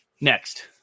Next